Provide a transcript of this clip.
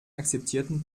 akzeptierten